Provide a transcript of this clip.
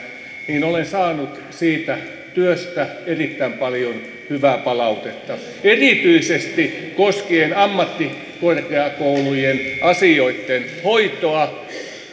niin olen saanut siitä työstä erittäin paljon hyvää palautetta erityisesti koskien ammattikorkeakoulujen asioitten hoitoa